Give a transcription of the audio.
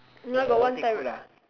no got one time